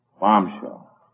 bombshell